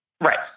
Right